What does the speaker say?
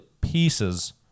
pieces